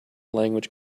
language